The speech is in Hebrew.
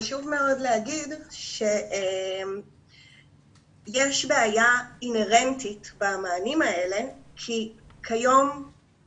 חשוב מאוד לומר שיש בעיה אינהרנטית במענים האלה כי עד